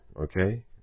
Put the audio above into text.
Okay